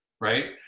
right